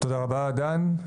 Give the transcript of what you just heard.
תודה רבה דן.